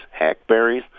Hackberries